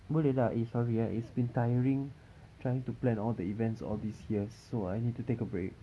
boleh lah eh sorry eh it's been tiring trying to plan all the events all these years so I need to take a break